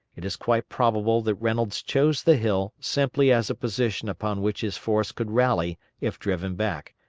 it is quite probable that reynolds chose the hill simply as a position upon which his force could rally if driven back,